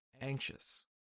anxious